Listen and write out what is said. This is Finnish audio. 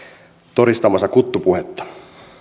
todistamassa kuttupuhetta